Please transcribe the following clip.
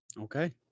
Okay